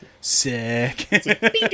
sick